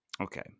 Okay